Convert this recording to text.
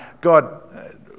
God